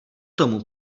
tomu